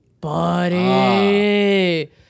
Buddy